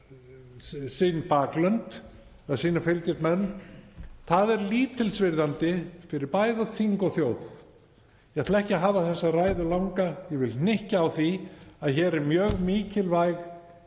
fyrir sín baklönd, sína fylgismenn — það er lítilsvirðandi fyrir bæði þing og þjóð. Ég ætla ekki að hafa þessa ræðu langa. Ég vil hnykkja á því að hér er mjög mikilvæg